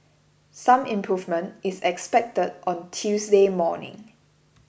some improvement is expected on Tuesday morning